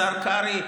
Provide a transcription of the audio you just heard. השר קרעי,